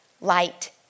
light